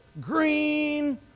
green